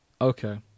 Okay